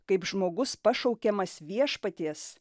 kaip žmogus pašaukiamas viešpaties